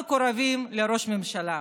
מקורבים לראש הממשלה.